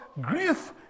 grief